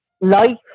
life